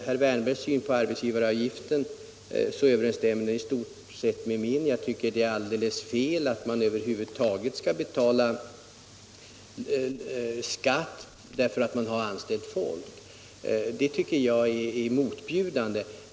Herr Wärnbergs syn på arbetsgivaravgiften överensstämmer i stort sett med min: jag tycker det är alldeles fel att man skall betala skatt för att man anställt folk. Det tycker jag är motbjudande.